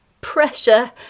pressure